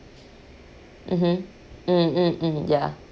mmhmm mm mm mm ya